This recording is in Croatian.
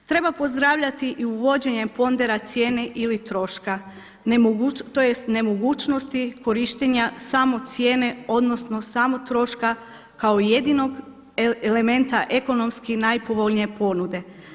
Treba pozdravljati i uvođenje pondera cijene ili troška, tj. nemogućnosti korištenja samo cijene, odnosno samo troška kao jedinog elementa ekonomski najpovoljnije ponude.